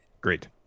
Great